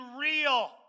real